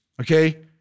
okay